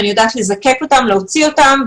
אני יודעת לזקק אותם,